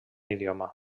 idioma